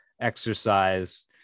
exercise